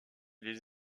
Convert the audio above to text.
les